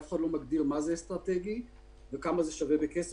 אף אחד לא מגדיר מה זה אסטרטגי וכמה זה שווה בכסף.